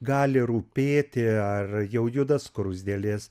gali rūpėti ar jau juda skruzdėlės